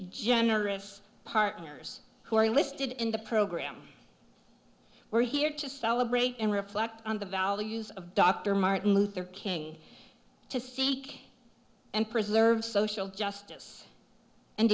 generous partners who are listed in the program we're here to celebrate and reflect on the values of dr martin luther king to seek and preserve social justice and